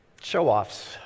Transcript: show-offs